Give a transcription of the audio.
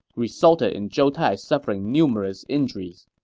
resulted in zhou tai suffering numerous injuries